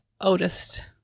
oldest